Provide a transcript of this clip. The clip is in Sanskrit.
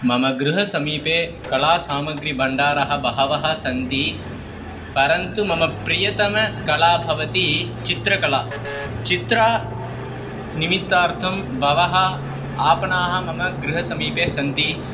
मम गृहसमीपे कलासामग्रीभाण्डाराः बहवः सन्ति परन्तु मम प्रियतमा कला भवति चित्रकला चित्रनिमित्तार्थं बहवः आपणाः मम गृहसमीपे सन्ति